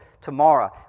tomorrow